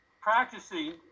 practicing